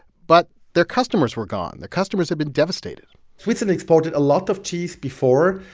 but their customers were gone. the customers had been devastated switzerland exported a lot of cheese before.